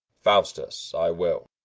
faustus, i will.